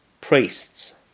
priests